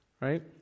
Right